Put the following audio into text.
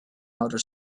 outer